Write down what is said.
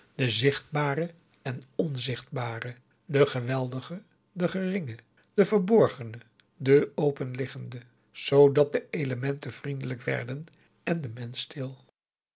de zichtbare en de onzichtbare de geweldige de geringe de verborgene de openliggende zoodat de elementen vriendelijk werden en de mensch stil